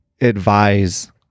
advise